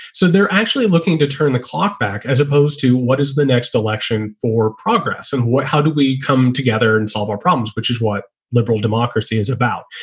so they're actually looking to turn the clock back as opposed to what is the next election for progress and what how do we come together and solve our problems, which is what liberal democracy is about.